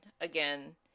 again